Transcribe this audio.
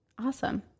awesome